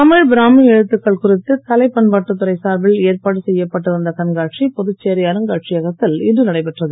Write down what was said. தமிழ் பிராமி எழுத்துக்கள் குறித்து கலை பண்பாட்டுத் துறை சார்பில் ஏற்பாடு செய்யப்பட்டு இருந்த கண்காட்சி புதுச்சேரி அருங்காட்சியகத்தில் இன்று நடைபெற்றது